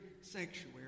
sanctuary